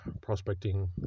prospecting